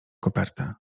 kopertę